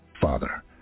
Father